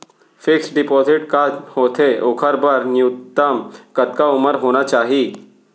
Fix deposit का होथे ओखर बर न्यूनतम कतका उमर होना चाहि?